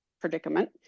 predicament